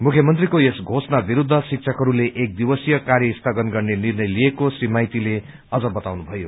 मुख्यमन्त्रीको यस घोषणा विरूद्ध शिक्षकहरूले एक दिवसीय कार्य स्थगन गर्ने निर्णय लिएको श्री माइतीले अझ बताउनुभयो